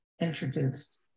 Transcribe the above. introduced